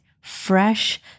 fresh